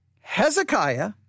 Hezekiah